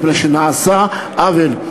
מפני שנעשה עוול.